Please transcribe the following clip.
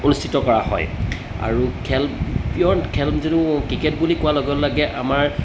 অনুষ্ঠিত কৰা হয় আৰু খেল প্ৰিয় খেল যোন ক্ৰিকেট বুলি কোৱাৰ লগে লগে আমাৰ